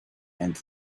and